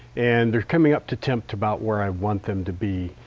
and they're coming up to tempt about where i want them to be.